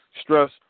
stress